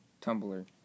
Tumblr